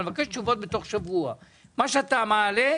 האויב של הטווח המיידי